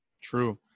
true